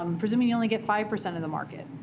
um presuming you only get five percent of the market.